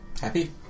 Happy